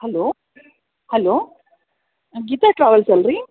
hello hello Geeta ಟ್ರಾವೆಲ್ಸಲ್ವರೀ